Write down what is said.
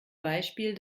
beispiel